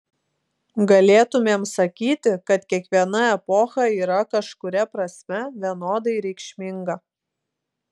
galėtumėm sakyti kad kiekviena epocha yra kažkuria prasme vienodai reikšminga